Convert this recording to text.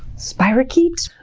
spirakeet?